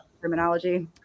terminology